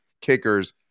kickers